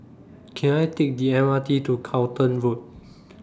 Can I Take The M R T to Charlton Road